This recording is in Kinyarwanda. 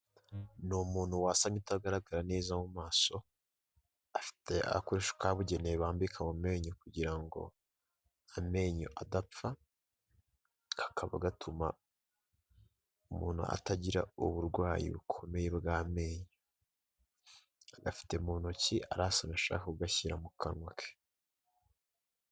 Ni umuntu wasamye utagaragara neza mu maso, afite agakoresho kabugenewe barambika mu menyo kugira ngo amenyo adapfa, kakaba gatuma umuntu atagira uburwayi bukomeye bw'amenyo, agafite mu ntoki arasamye ashaka kugashyira mu kanwa ke.